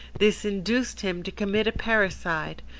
this induced him to commit a parricide,